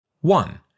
One